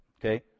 Okay